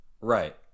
Right